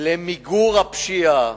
למיגור הפשיעה